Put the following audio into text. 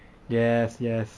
yes yes